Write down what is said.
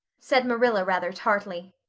said marilla rather tartly.